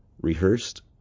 Rehearsed